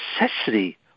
necessity